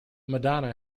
madonna